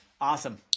awesome